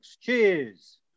Cheers